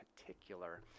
particular